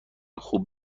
خوب